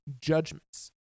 judgments